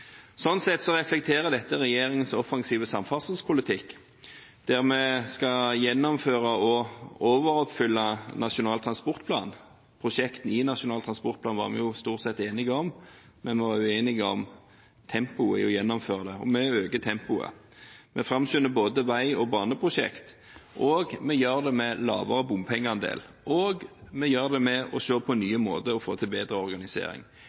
sett reflekterer dette regjeringens offensive samferdselspolitikk, der vi skal gjennomføre og overoppfylle Nasjonal transportplan. Prosjekter i Nasjonal transportplan var vi jo stort sett enige om, men vi var uenige om tempoet i gjennomføringen. Vi øker tempoet. Vi framskynder både vei- og baneprosjekter. Vi gjør det med lavere bompengeandel, og vi gjør det ved å se på nye måter å få til bedre organisering